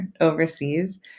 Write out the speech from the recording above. overseas